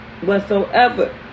whatsoever